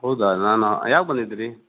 ಹೌದಾ ನಾನಾ ಯಾವಾಗ ಬಂದಿದ್ದಿರಿ